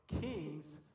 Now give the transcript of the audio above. kings